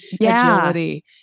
agility